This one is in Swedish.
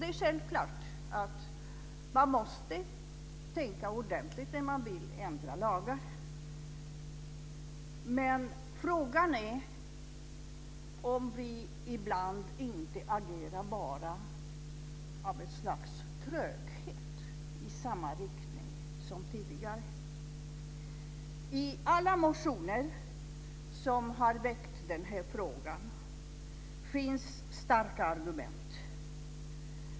Det är självklart att man måste tänka ordentligt när man vill ändra lagar, men frågan är om vi ibland inte agerar bara av ett slags tröghet i samma riktning som tidigare. I alla motioner som har väckts i den här frågan finns starka argument.